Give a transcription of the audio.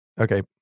Okay